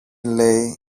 λέει